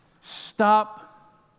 Stop